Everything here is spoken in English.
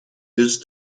his